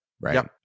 right